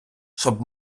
щоб